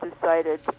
decided